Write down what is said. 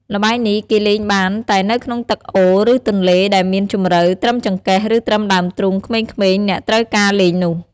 ល្បែងនេះ គេលេងបានតែនៅក្នុងទឹកអូរ ឬទន្លេដែលមានជម្រៅត្រឹមចង្កេះឬត្រឹមដើមទ្រូងក្មេងៗអ្នកត្រូវការលេងនោះ។